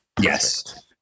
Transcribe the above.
yes